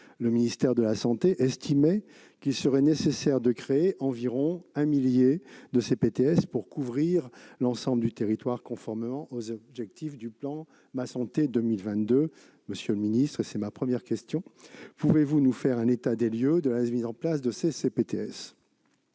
Le ministère de la santé estimait qu'il serait nécessaire de créer environ un millier de CPTS pour couvrir l'ensemble du territoire conformément aux objectifs du plan Ma santé 2022. Monsieur le secrétaire d'État, j'ai une première question : pouvez-vous nous donner un état des lieux de la mise en place de ces CPTS ?